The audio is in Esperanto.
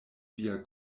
via